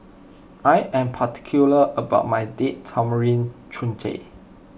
I am particular about my Date Tamarind Chutney